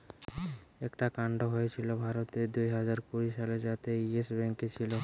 একটা কান্ড হয়েছিল ভারতে দুইহাজার কুড়ি সালে যাতে ইয়েস ব্যাঙ্ক ছিল